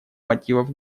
мотивов